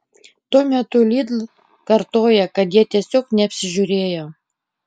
tuo metu lidl kartoja kad jie tiesiog neapsižiūrėjo